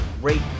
great